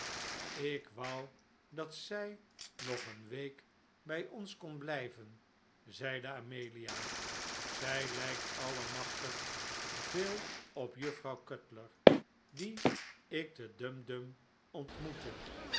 ik wou dat zij nog een week bij ons kon blijven zeide amelia zij lijkt allemachtig veel op juffrouw cutler die ik te dumdum ontmoette